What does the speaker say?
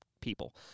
people